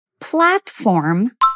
platform